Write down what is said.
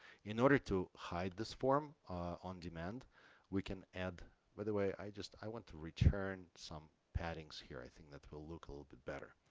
in order to hide this form on demand we can add by the way i just i want to return some padding's here i think that will look a little bit better